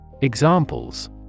Examples